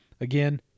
Again